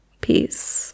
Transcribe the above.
Peace